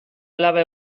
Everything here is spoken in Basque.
alaba